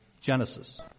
Genesis